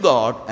God